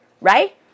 right